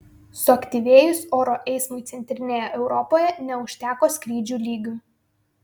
suaktyvėjus oro eismui centrinėje europoje neužteko skrydžių lygių